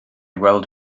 weld